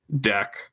deck